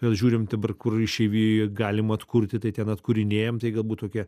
mes žiūrim dabar kur išeivijoje galima atkurti tai ten atkūrinėjam tai galbūt kokie